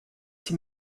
sie